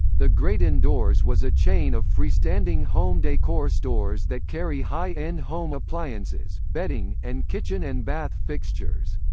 the great indoors was a chain of free-standing home decor stores that carry high-end home appliances, bedding, and kitchen and bath fixtures.